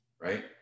right